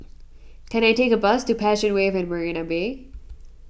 can I take a bus to Passion Wave at Marina Bay